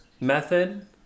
method